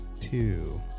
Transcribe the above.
two